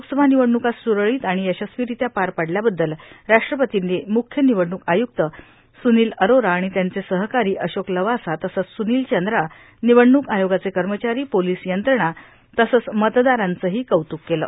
लोकसभा निवडणुका सुरळीत आणि यशस्वीरित्या पार पाडल्याबद्दल राष्ट्रपतींनी मुख्य निवडणूक आयुक्त सुनील अरोरा आणि त्यांचे सहकारी अशोक लवासा तसंच सुनील चंद्रा निवडणूक आयोगाचे कर्मचारी पोलीस यंत्रणा तसंच मतदारांचंही कौतुक केलं